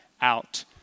out